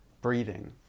Breathing